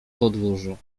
podwórzu